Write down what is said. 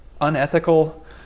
unethical